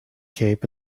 cape